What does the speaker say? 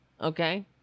Okay